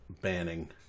banning